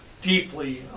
deeply